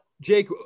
Jake